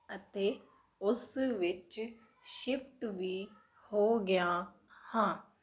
ਅਤੇ ਉਸ ਵਿੱਚ ਸ਼ਿਫਟ ਵੀ ਹੋ ਗਿਆ ਹਾਂ